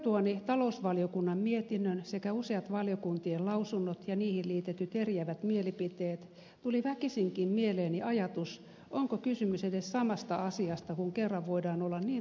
luettuani talousvaliokunnan mietinnön sekä useat valiokuntien lausunnot ja niihin liitetyt eriävät mielipiteet tuli väkisinkin mieleeni ajatus onko kysymys edes samasta asiasta kun kerran voidaan olla niin totaalisesti eri mieltä